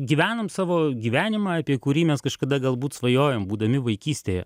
gyvenam savo gyvenimą apie kurį mes kažkada galbūt svajojom būdami vaikystėje